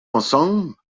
ensemble